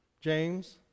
James